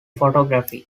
photography